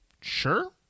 sure